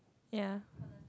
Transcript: ya